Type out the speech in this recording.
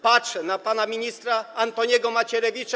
Patrzę na pana ministra Antoniego Macierewicza.